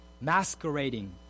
masquerading